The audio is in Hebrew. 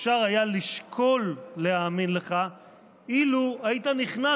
אפשר היה לשקול להאמין לך אילו היית נכנס